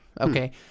okay